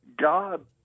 God